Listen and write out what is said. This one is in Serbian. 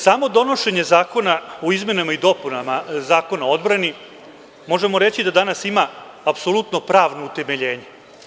Samo donošenje zakona o izmenama i dopunama Zakona o odbrani možemo reći da danas ima apsolutno pravno utemeljenje.